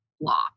law